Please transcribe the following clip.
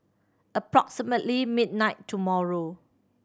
approximately midnight tomorrow